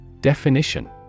Definition